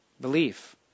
belief